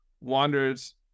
wanders